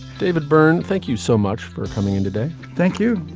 david byrne thank you so much for coming in today. thank you.